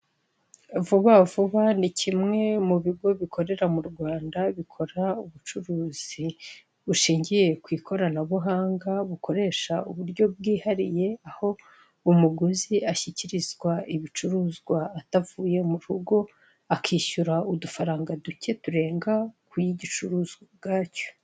Vuba vuba ni kimwe mu bigo bikorera mu Rwanda, bikora ubucuruzi bushingiye ku ikoranabuhanga, bukoresha uburyo bwihariye, aho umuguzi ashyikirizwa ibicuruzwa atavuye mu rugo, akishyura udufaranga duke turenga ku y'igicuruzwa ubwacyo.